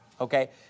Okay